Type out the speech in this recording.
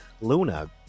luna